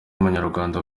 umunyarwanda